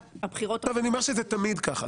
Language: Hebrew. אני אומר שזה תמיד ככה.